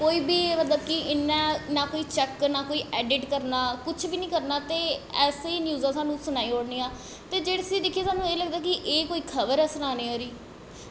ना कोई चैक ना कोई ऐडिट करना कुछ निं करना ते ऐसी ही सानूं न्यूज़ सनाई ओड़नियां ते जिस्सी दिक्खियै सानूं लगदा कि एह् कोई खबर ऐ सनाने आह्ली